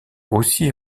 aussi